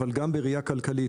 אבל גם בראייה כלכלית,